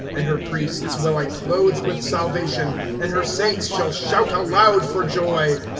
and her priests will i clothe with salvation, and her saiuts shall shout aloud for joy.